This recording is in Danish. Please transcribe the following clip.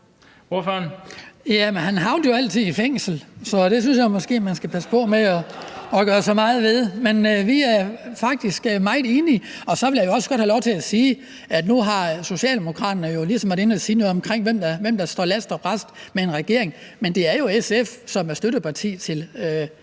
(DF): Jamen han havnede jo altid i fængsel, så det synes jeg måske man skal passe på med at gøre så meget ved. Men vi er faktisk meget enige. Og så vil jeg også gerne have lov til at sige, at nu har Socialdemokraterne jo ligesom været inde og sige noget omkring, hvem der står last og brast med regeringen, men det er jo SF, som er støtteparti for